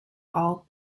all